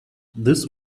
this